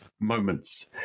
moments